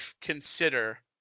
consider